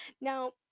Now